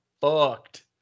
fucked